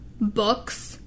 books